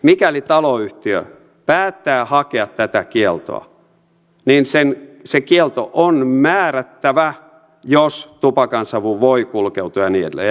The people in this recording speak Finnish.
mikäli taloyhtiö päättää hakea tätä kieltoa niin se kielto on määrättävä jos tupakansavu voi kulkeutua ja niin edelleen